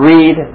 Read